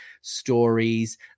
stories